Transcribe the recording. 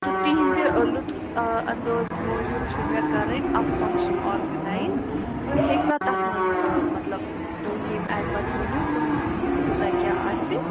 تہٕ تِہُنٛد لُطُف اَنٛدوز موٗجوٗب چھُ مےٚ کَرِٕنۍ اکھ فنگشَن آرگٕنایِز تُہۍ ہیٚکوا تتھ منٛز آ مطلب تُہۍ ییٚمہِ آیہِ پَتہٕ ؤنِو تُہُنٛد فیٖس کوٗتاہ کیٛاہ آسہِ